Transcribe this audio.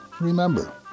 remember